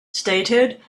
stated